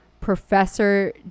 Professor